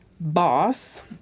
boss